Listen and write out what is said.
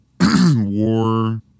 war